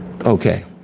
okay